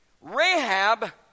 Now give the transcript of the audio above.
Rahab